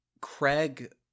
Craig